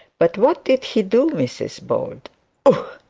but what did he do, mrs bold ugh!